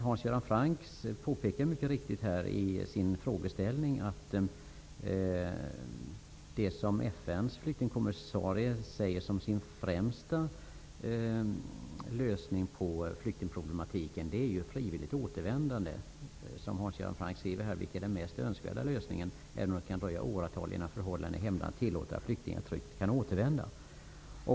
Hans Göran Franck påpekade mycket riktigt i sin frågeställning att det som FN:s flyktingkommissarie ser som sin främsta lösning på flyktingproblematiken är frivilligt återvändande. Hans Göran Franck anser att det är den mest önskvärda lösningen, även om det kan dröja åratal innan förhållandena i hemlandet tillåter att flyktingarna tryggt kan återvända.